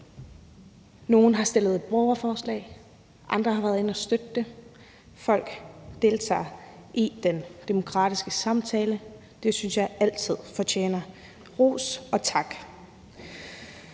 Nogle har stillet et borgerforslag, andre har været inde at støtte det. Folk deltager i den demokratiske samtale, og det synes jeg altid fortjener ros og en tak.